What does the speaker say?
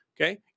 okay